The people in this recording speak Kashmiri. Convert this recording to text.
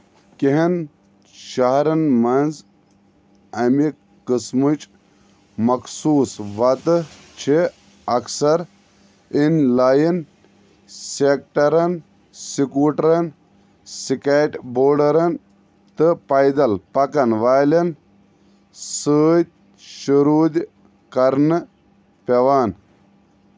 کیٚنٛہن شَہرن منٛز اَمہِ قٕسمٕچہ مخصوٗص وَتہٕ چھےٚ اکثر اِن لایِن سٮ۪کٹرَن، سُکوٗٹرَن، سٕکیٹ بوڈرَن تہٕ پایدَل پَکن والیٚن سۭتۍ شرود كرنہٕ پیٚوان